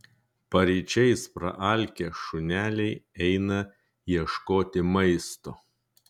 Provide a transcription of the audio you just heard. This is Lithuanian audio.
paryčiais praalkę šuneliai eina ieškoti maisto